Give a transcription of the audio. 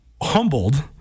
humbled